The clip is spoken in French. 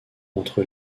entre